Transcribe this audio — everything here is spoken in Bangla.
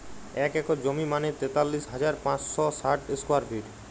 এক একর জমি মানে তেতাল্লিশ হাজার পাঁচশ ষাট স্কোয়ার ফিট